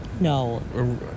No